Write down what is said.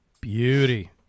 Beauty